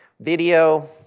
video